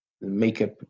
makeup